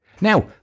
Now